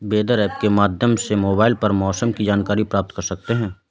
weather app के माध्यम से मोबाइल पर मौसम की जानकारी प्राप्त कर सकते हैं